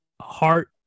heart